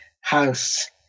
house